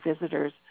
visitors